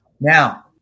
Now